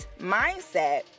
mindset